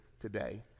today